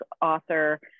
author